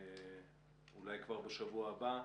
אולי כבר בשבוע הבא.